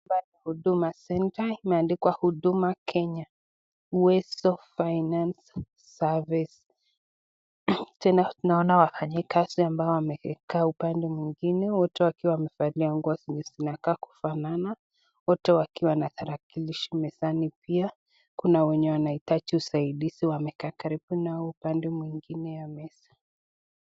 Hapa ni Huduma Center, imeandikwa Huduma Kenya Uwezo Finance Service. Tena tunaona wafanyikazi ambao wameketi upande huo mwingine wote wakiwa wamevalia nguo zenye zinakaa kufanana wote wakona tarakilishi mezani pia kuna wenye wanahitaji usaidizi wamekaa karibu nao upande mwingine ya meza.